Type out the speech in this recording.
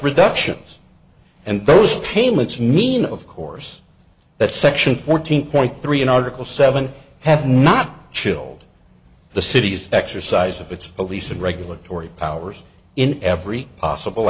reductions and those payments mean of course that section fourteen point three in article seven have not chilled the city's exercise of its obesity regulatory powers in every possible